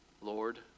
Lord